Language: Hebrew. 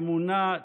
אמונה,